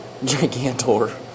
gigantor